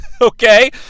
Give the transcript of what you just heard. okay